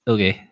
Okay